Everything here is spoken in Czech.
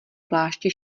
pláště